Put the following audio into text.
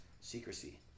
secrecy